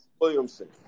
Williamson